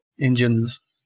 engines